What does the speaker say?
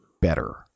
better